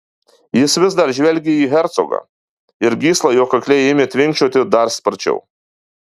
jis vis dar žvelgė į hercogą ir gysla jo kakle ėmė tvinkčioti dar sparčiau